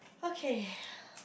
okay